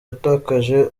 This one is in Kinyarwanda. yatakaje